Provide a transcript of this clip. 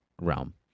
realm